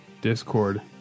Discord